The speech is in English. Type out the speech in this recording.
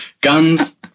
guns